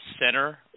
center